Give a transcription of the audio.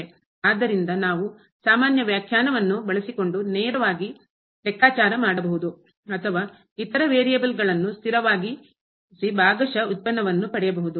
ಆದ್ದರಿಂದ ನಾವು ಸಾಮಾನ್ಯ ವ್ಯಾಖ್ಯಾನವನ್ನು ಬಳಸಿಕೊಂಡು ನೇರವಾಗಿ ಲೆಕ್ಕಾಚಾರ ಮಾಡಬಹುದು ಅಥವಾ ಇತರ ವೇರಿಯಬಲ್ಗಳನ್ನು ಸ್ಥಿರವಾಗಿಸಿ ಭಾಗಶಃ ವ್ಯುತ್ಪನ್ನವನ್ನು ಪಡೆಯಬಹುದು